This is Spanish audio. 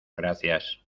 gracias